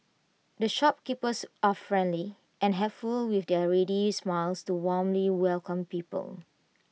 the shopkeepers are friendly and helpful with their ready smiles to warmly welcome people